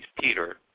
Peter